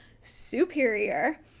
superior